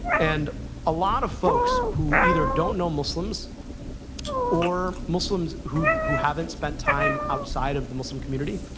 and a lot of folks who either don't know muslims or muslims who who haven't spent time outside of the muslim community,